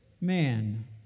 man